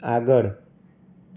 આગળ